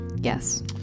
Yes